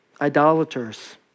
idolaters